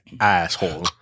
asshole